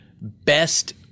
Best